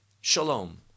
Shalom